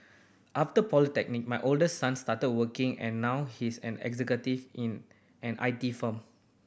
after polytechnic my oldest son started working and now he's an executive in an I T firm